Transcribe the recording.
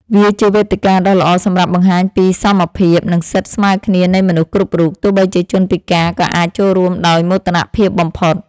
វាគឺជាវេទិកាដ៏ល្អសម្រាប់បង្ហាញពីសមភាព និងសិទ្ធិស្មើគ្នានៃមនុស្សគ្រប់រូប ទោះបីជាជនពិការក៏អាចចូលរួមដោយមោទនភាពបំផុត។